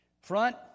front